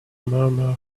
murmur